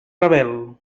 rebel